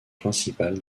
principal